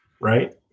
right